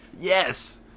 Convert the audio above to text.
Yes